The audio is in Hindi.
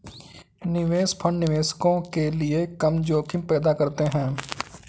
निवेश फंड निवेशकों के लिए कम जोखिम पैदा करते हैं